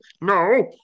No